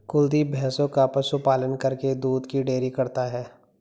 कुलदीप भैंसों का पशु पालन करके दूध की डेयरी करता है